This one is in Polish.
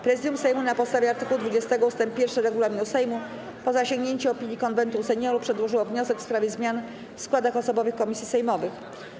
Prezydium Sejmu na podstawie art. 20 ust. 1 regulaminu Sejmu, po zasięgnięciu opinii Konwentu Seniorów, przedłożyło wniosek w sprawie zmian w składach osobowych komisji sejmowych.